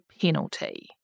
penalty